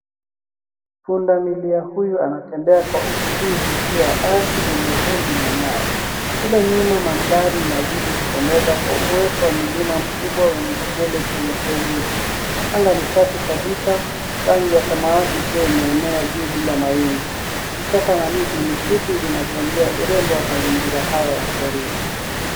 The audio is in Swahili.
Pundamilia huyu anatembea kwa utulivu juu ya ardhi yenye vumbi na mawe. Kule nyuma mandhari inazidi kupendeza kwa uwepo wa milima mkubwa wenye kilele chenye theluji. Anga ni safi kabisa, rangi ya samwati ikiwa imeenea juu bila mawingu. Vichaka na miti mifupi vinachangia urembo wa mazingira haya ya porini.